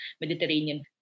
Mediterranean